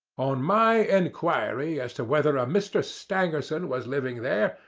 on my enquiry as to whether a mr. stangerson was living there,